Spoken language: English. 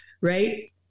right